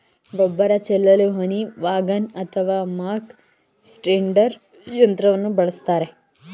ಗೊಬ್ಬರ ಚೆಲ್ಲಲು honey wagon ಅಥವಾ ಮಕ್ ಸ್ಪ್ರೆಡ್ದರ್ ಯಂತ್ರವನ್ನು ಬಳಸ್ತರೆ